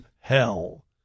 hell